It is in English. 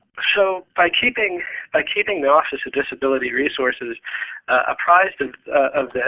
so by keeping by keeping the office of disability resources appraised of